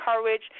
courage